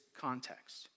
context